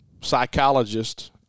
psychologist